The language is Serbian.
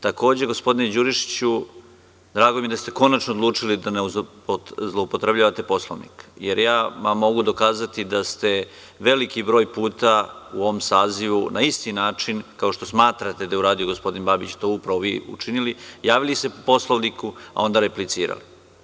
Takođe, gospodine Đurišiću, drago mi je da ste konačno odlučili da ne zloupotrebljavate Poslovnik, jer vam mogu dokazati da ste veliki broj puta u ovom sazivu na isti način, kao što smatrate da je uradio gospodin Babić, vi to učinili, javili se po Poslovniku, a onda replicirali.